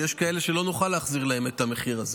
יש כאלה שלא נוכל להחזיר להם את המחיר הזה,